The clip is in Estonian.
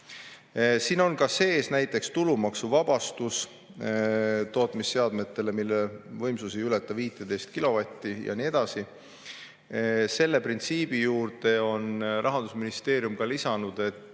Siin on sees ka näiteks tulumaksuvabastus tootmisseadmetele, mille võimsus ei ületa 15 kilovatti ja nii edasi. Selle printsiibi juurde on Rahandusministeerium lisanud, et